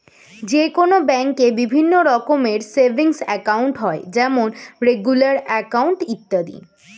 যে কোনো ব্যাঙ্কে বিভিন্ন রকমের সেভিংস একাউন্ট হয় যেমন রেগুলার অ্যাকাউন্ট, ইত্যাদি